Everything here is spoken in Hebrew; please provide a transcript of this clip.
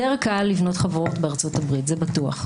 יותר קל לבנות חברות בארצות הברית, זה בטוח.